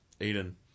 Eden